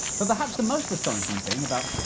but perhaps the most astonishing thing about.